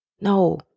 No